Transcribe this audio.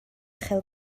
chael